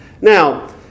Now